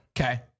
Okay